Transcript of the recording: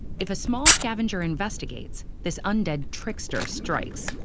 if a small scavenger investigates, this undead trickster strikes.